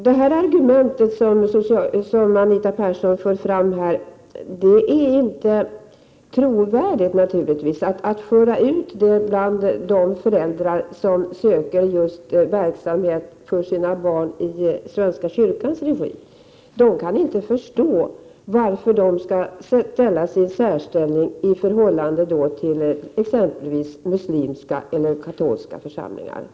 Det argument som Anita Persson för fram är naturligtvis inte trovärdigt. Föräldrar som söker verksamhet för sina barn i svenska kyrkans regi kan inte förstå varför de skall ställas i särställning i förhållande till exempelvis medlemmar i muslimska eller katolska församlingar. Prot.